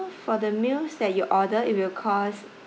for the meals that you ordered it will cost